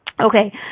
Okay